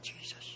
Jesus